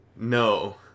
No